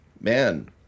man